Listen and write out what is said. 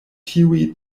tiuj